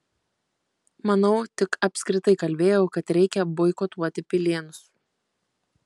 manau tik apskritai kalbėjau kad reikia boikotuoti pilėnus